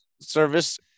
service